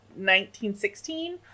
1916